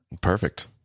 Perfect